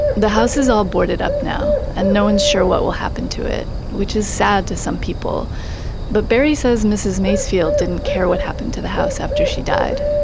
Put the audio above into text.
the house is all boarded up now, and no one is sure what will happen to it, which is sad to some people but barry says mrs. macefield didn't care what happened to the house after she died,